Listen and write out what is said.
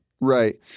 Right